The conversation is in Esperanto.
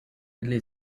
ili